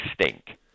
stink